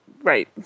Right